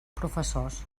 professors